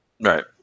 Right